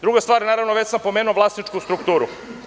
Druga stvar, naravno već sam pomenu vlasničku strukturu.